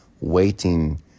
waiting